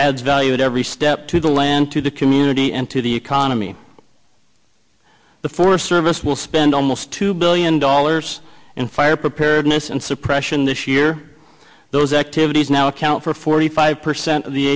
as valued every step to the land to the community and to the economy the forest service will spend almost two billion dollars in fire preparedness and suppression this year those activities now account for forty five percent